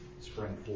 spring